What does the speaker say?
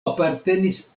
apartenis